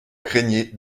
craignez